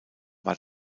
war